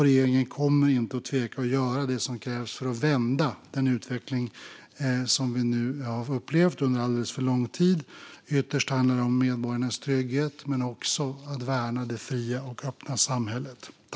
Regeringen kommer inte tveka att göra det som krävs för att vända den utveckling som vi nu har upplevt under alldeles för lång tid. Ytterst handlar det om medborgarnas trygghet, men det handlar också om att värna det fria och öppna samhället.